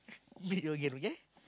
meet again okay